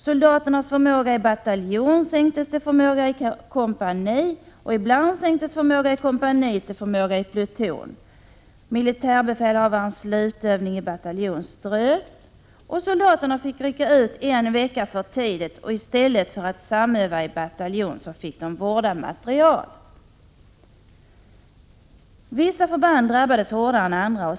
Soldaternas förmåga i bataljon sänktes till förmåga i 1 juni 1987 kompani, och ibland sänktes förmåga i kompani till förmåga i pluton. Militärbefälhavarens slutövning i bataljon ströks. Soldaterna fick rycka ut en vecka för tidigt, och i stället för att samöva i bataljon fick de vårda materiel. Vissa förband drabbades hårdare än andra.